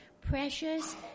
precious